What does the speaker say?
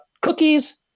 cookies